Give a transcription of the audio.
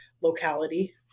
locality